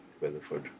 weatherford